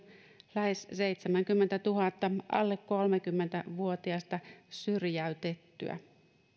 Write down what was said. lähes seitsemällekymmenelletuhannelle alle kolmekymmentä vuotiasta syrjäytettyä